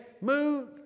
mood